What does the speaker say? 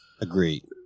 Agreed